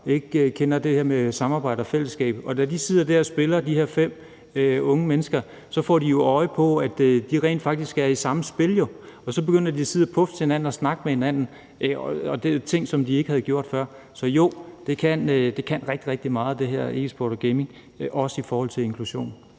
ikke kender det her med samarbejde og fællesskab. Og når de her fem unge mennesker sidder og spiller, får de jo øje på, at de rent faktisk er i samme spil, og så begynder de at sidde og puffe til hinanden og snakke med hinanden, og det er jo ting, som de ikke havde gjort før. Så jo, det her e-sport og gaming kan rigtig, rigtig meget, også i forhold til inklusion.